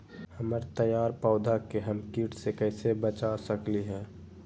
हमर तैयार पौधा के हम किट से कैसे बचा सकलि ह?